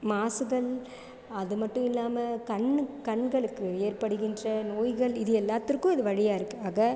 மாசுதல் அது மட்டும் இல்லாமல் கண் கண்களுக்கு ஏற்படுகின்ற நோய்கள் இது எல்லாத்திற்கும் இது வழியாக இருக்குது ஆக